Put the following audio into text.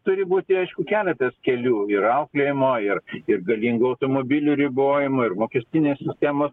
turi būti aišku keletas kelių ir auklėjimo ir ir galingų automobilių ribojimo ir mokestinės temos